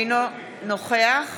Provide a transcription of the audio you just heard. אינו נוכח